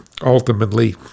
ultimately